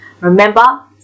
Remember